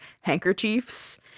handkerchiefs